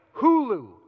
Hulu